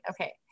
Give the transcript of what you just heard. okay